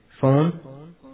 phone